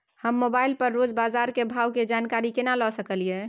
हम मोबाइल पर रोज बाजार के भाव की जानकारी केना ले सकलियै?